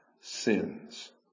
sins